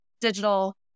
digital